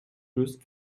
lösen